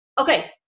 okay